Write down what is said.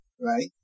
right